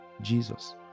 Jesus